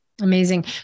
Amazing